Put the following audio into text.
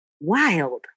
wild